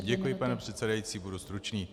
Děkuji, paní předsedající, budu stručný.